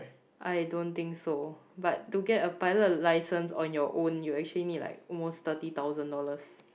I don't think so but to get a pilot license on your own you actually need like almost thirty thousand dollars